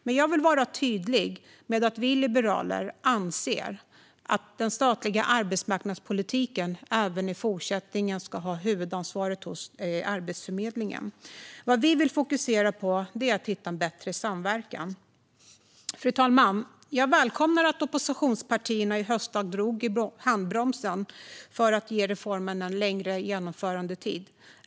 Men jag vill vara tydlig med att vi liberaler anser att Arbetsförmedlingen även i fortsättningen ska ha huvudansvaret för den statliga arbetsmarknadspolitiken. Vad vi vill fokusera på är att hitta en bättre samverkan. Fru talman! Jag välkomnar att oppositionspartierna i höstas drog i handbromsen för att ge reformen en längre genomförandetid.